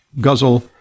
guzzle